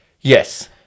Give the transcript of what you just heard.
Yes